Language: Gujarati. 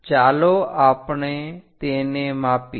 ચાલો આપણે તેને માપીએ